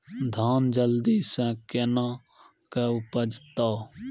धान जल्दी से के ना उपज तो?